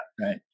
right